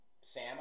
Sam